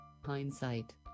Hindsight